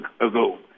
ago